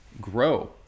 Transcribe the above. grow